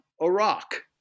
Iraq